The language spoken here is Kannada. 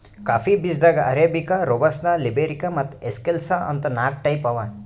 ಕಾಫಿ ಬೀಜಾದಾಗ್ ಅರೇಬಿಕಾ, ರೋಬಸ್ತಾ, ಲಿಬೆರಿಕಾ ಮತ್ತ್ ಎಸ್ಕೆಲ್ಸಾ ಅಂತ್ ನಾಕ್ ಟೈಪ್ ಅವಾ